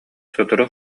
сотору